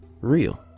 real